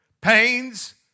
pains